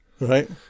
Right